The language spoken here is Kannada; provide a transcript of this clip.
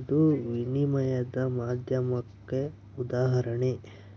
ಇದು ವಿನಿಮಯದ ಮಾಧ್ಯಮುಕ್ಕ ಉದಾಹರಣೆ